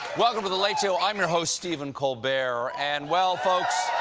welcome to the late show, i'm your host stephen colbert. and, well, folks